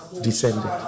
descended